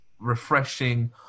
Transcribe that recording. Refreshing